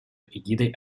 эгидой